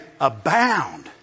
abound